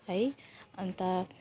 है अन्त